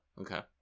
Okay